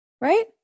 Right